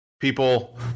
people